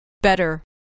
Better